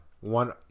One